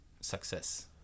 success